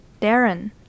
Darren